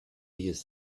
use